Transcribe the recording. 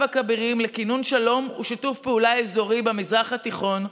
הכבירים לכינון שלום ושיתוף פעולה אזורי במזרח התיכון,